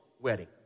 wedding